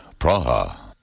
Praha